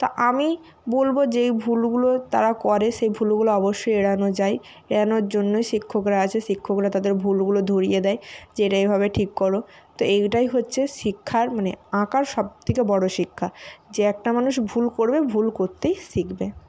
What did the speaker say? তো আমি বলবো যেই ভুলগুলো তারা করে সেই ভুলগুলো অবশ্যই এড়ানো যায় এড়ানোর জন্যই শিক্ষকরা আছে শিক্ষকরা তাদের ভুলগুলো ধরিয়ে দেয় যে এটা এভাবে ঠিক করো তো এইটাই হচ্ছে শিক্ষার মানে আঁকার সবথেকে বড় শিক্ষা যে একটা মানুষ ভুল করবে ভুল করতেই শিখবে